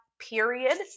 period